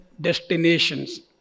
destinations